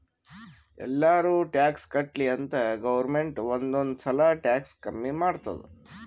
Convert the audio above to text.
ಎಲ್ಲಾರೂ ಟ್ಯಾಕ್ಸ್ ಕಟ್ಲಿ ಅಂತ್ ಗೌರ್ಮೆಂಟ್ ಒಂದ್ ಒಂದ್ ಸಲಾ ಟ್ಯಾಕ್ಸ್ ಕಮ್ಮಿ ಮಾಡ್ತುದ್